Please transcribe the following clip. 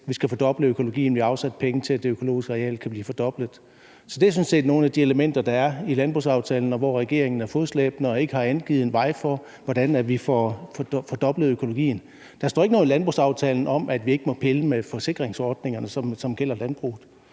at vi skal fordoble økologien; vi har afsat penge til, at det økologiske areal kan blive fordoblet. Så det er sådan set nogle af de elementer, der er i landbrugsaftalen, og hvor regeringen er fodslæbende og ikke har angivet en vej for, hvordan vi får fordoblet økologien. Der står ikke noget i landbrugsaftalen om, at vi ikke må pille ved forsikringsordningerne, som gælder landbruget.